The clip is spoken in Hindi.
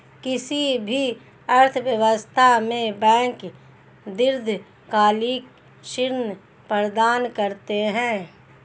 किसी भी अर्थव्यवस्था में बैंक दीर्घकालिक ऋण प्रदान करते हैं